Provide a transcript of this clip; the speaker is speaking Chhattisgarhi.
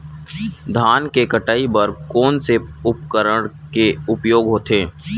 धान के कटाई बर कोन से उपकरण के उपयोग होथे?